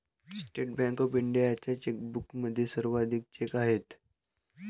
state Bank of इंडियाच्या चेकबुकमध्ये सर्वाधिक चेक आहेत